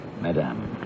Madame